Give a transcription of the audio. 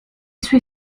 suoi